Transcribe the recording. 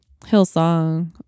Hillsong